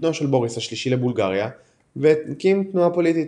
בנו של בוריס השלישי לבולגריה והקים תנועה פוליטית.